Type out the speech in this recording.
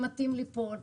הם מטים ליפול,